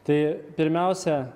tai pirmiausia